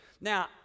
Now